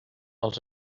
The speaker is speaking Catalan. els